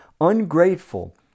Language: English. ungrateful